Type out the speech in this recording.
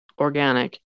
organic